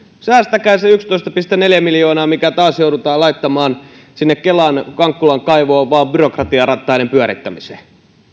säästäkää se yksitoista pilkku neljä miljoonaa mikä joudutaan taas laittamaan sinne kelan kankkulan kaivoon vain byrokratiarattaiden pyörittämiseen